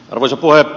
arvoisa puhemies